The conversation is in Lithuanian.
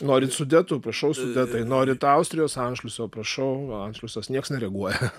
norit sudetų prašau sudetai norit austrijos anšliuso prašau antšliusas nieks nereaguoja